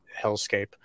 hellscape